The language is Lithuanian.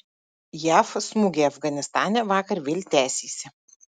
jav smūgiai afganistane vakar vėl tęsėsi